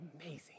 amazing